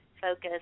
focus